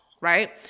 right